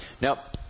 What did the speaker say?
Now